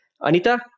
Anita